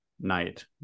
night